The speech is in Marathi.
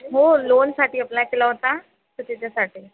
हो लोनसाठी अप्लाय केला होता तर त्याच्यासाठी